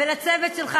ולצוות שלך,